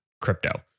crypto